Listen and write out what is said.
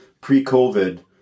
pre-covid